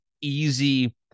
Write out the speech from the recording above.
easy